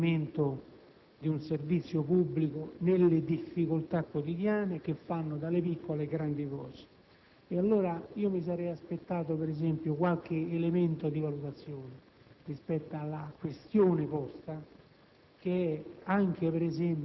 impegnati nell'assolvimento di un servizio pubblico nelle difficoltà quotidiane, che vanno dalle piccole alle grandi cose. Mi sarei quindi aspettato, ad esempio, qualche elemento di valutazione rispetto alla questione posta